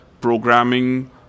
programming